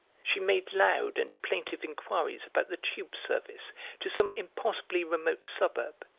she made loud and plaintive inquiries about the tube service to some impossibly remote suburb,